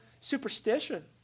superstition